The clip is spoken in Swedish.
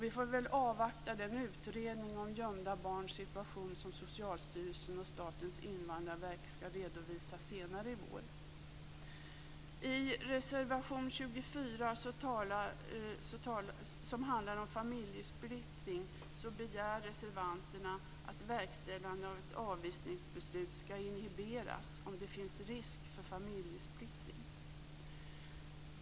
Vi får väl avvakta den utredning av gömda barns situation som Socialstyrelsen och Statens invandrarverk skall redovisa senare i vår. I reservation 24, som handlar om familjesplittring, begär reservanterna att verkställandet av ett avvisningsbeslut skall inhiberas om det finns risk för familjesplittring.